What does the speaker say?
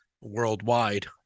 worldwide